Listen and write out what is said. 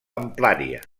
amplària